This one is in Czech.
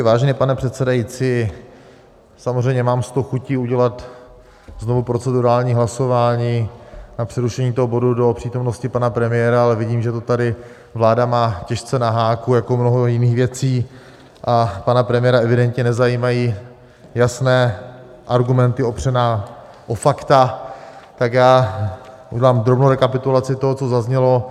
Vážený pane předsedající, samozřejmě mám sto chutí udělat znovu procedurální hlasování na přerušení toho bodu do přítomnosti pana premiéra, ale vidím, že to tady má vláda těžce na háku jako mnoho jiných věcí a pana premiéra evidentně nezajímají jasné argumenty opřené o fakta, tak já udělám drobnou rekapitulaci toho, co zaznělo.